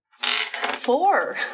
four